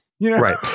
Right